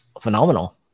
phenomenal